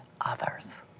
others